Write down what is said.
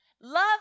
Love